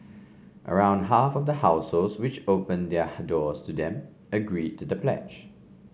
around half of the households which opened their doors to them agreed to the pledge